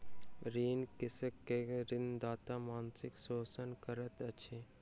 ऋणी कृषक के ऋणदाता मानसिक शोषण करैत अछि